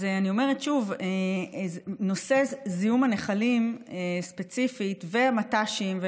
אני אומרת שוב: נושא זיהום הנחלים ספציפית והמט"שים,